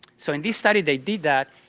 so in this study they did that,